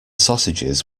sausages